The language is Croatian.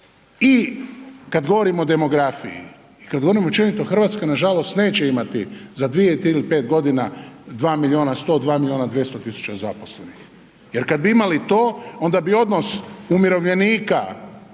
i kad govorimo o demografiji i kad govorimo općenito Hrvatska nažalost neće imati za 2, 3 ili 5 godina 2 miliona 102 miliona 200 tisuća zaposlenih. Jer kad bi imali to onda bi odnos umirovljenika